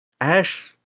Ash